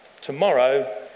Tomorrow